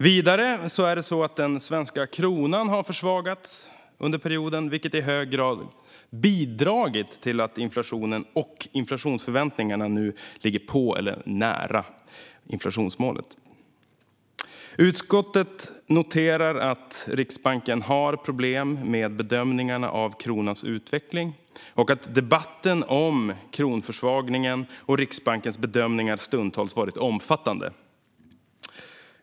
Vidare har den svenska kronan försvagats under perioden, vilket i hög grad har bidragit till att inflationen och inflationsförväntningarna nu ligger på eller nära inflationsmålet. Utskottet noterar att Riksbanken har problem med bedömningarna av kronans utveckling och att debatten om kronförsvagningen och Riksbankens bedömningar stundtals har varit omfattande.